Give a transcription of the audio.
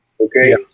Okay